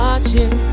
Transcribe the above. Watching